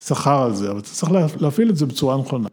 שכר על זה אבל צריך להפעיל את זה בצורה נכונה.